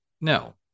no